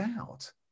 out